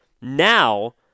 Now